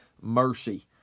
mercy